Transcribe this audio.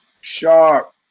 sharp